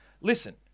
listen